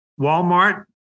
Walmart